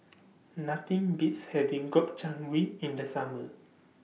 Nothing Beats having Gobchang Gui in The Summer